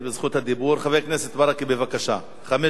חבר הכנסת ברכה, בבקשה, חמש דקות לרשותך.